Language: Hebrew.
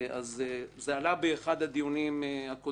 זה עלה באחד הדיונים הקודמים.